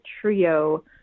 trio